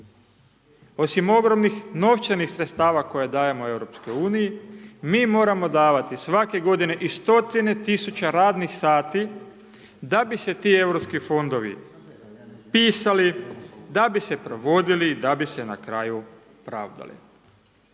Osim ogromnih novčanih sredstava koja dajemo Europskoj uniji, mi moramo davati svake godine i stotine tisuća radnih sati, da bi se ti europski fondovi pisali, da bi se provodili, da bi se na kraju pravdali.